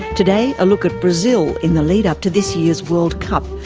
today, a look at brazil in the lead-up to this year's world cup,